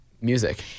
music